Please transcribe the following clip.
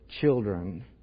children